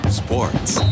sports